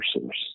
source